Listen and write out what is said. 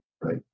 right